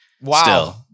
Wow